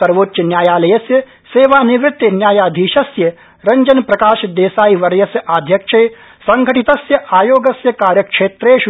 सर्वोच्च न्यायालयस्य सेवानिवृत्त न्यायाधीशस्य रंजन प्रकाश देसाईवर्यस्य आध्यक्ष्येसंघटितस्य आयोगस्य कार्यक्षेत्रष्